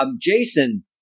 Jason